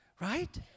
Right